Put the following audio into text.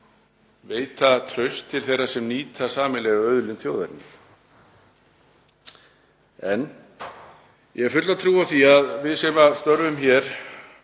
skapa traust til þeirra sem nýta sameiginlega auðlind þjóðarinnar. En ég hef fulla trú á því að við sem störfum hér